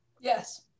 Yes